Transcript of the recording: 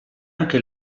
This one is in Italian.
anche